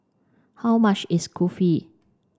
how much is Kulfi